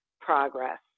progress